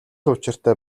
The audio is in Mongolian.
учиртай